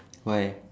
why